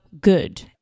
good